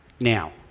now